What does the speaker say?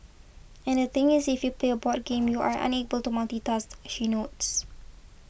and the thing is if you play a board game you are unable to multitask she notes